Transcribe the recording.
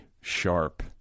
sharp